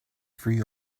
free